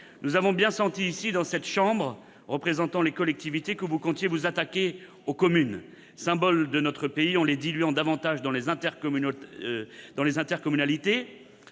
Nous avons bien senti ici, dans cette chambre représentant les collectivités, que vous comptiez vous attaquer aux communes, symbole de notre pays, en les diluant davantage dans des intercommunalités,